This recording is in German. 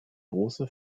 große